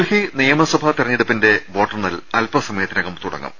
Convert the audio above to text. ഡൽഹി നിയമസഭാ തെരഞ്ഞെടുപ്പിന്റെ വോട്ടെണ്ണൽ അല്പ സമ യത്തിനകം തുടങ്ങും